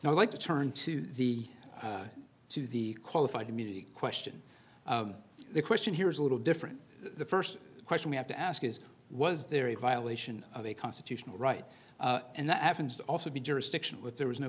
now like to turn to the to the qualified immunity question the question here is a little different the first question we have to ask is was there a violation of a constitutional right and that happens to also be jurisdiction with there is no